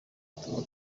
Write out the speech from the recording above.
tuba